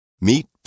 Meet